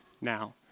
now